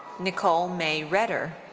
nicole may redder.